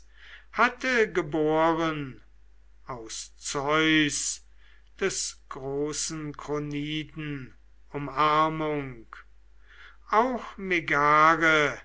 hatte geboren aus zeus des großen kroniden umarmung auch megare